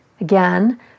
Again